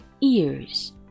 ears